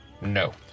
No